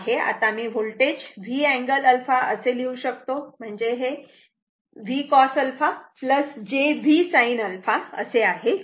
आता मी हे व्होल्टेज V अँगल α असे लिहू शकतो म्हणजेच हे V cos α j V sin α असे आहे